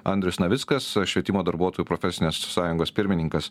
andrius navickas švietimo darbuotojų profesinės sąjungos pirmininkas